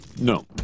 no